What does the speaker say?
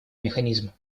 механизма